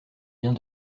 vient